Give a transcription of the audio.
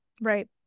right